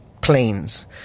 planes